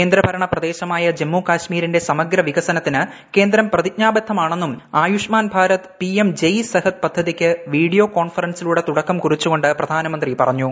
കേന്ദ്രഭരണപ്രദേശമായ ജമ്മുകശ്മീരിന്റെ സമഗ്ര വികസനത്തിന് കേന്ദ്രം പ്രതിജ്ഞാബദ്ധമാണ്ടെന്നുകൃആയുഷ്മാൻ ഭാരത് പിഎം ജയ് സെഹത് പദ്ധത്യിക്ക് ്വീഡിയോ കോൺഫറൻസിലൂടെ തുടക്കം കുറിച്ചുകൊണ്ട് പ്രധാന്മന്ത്രി പറഞ്ഞു